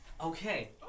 Okay